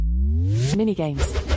Mini-games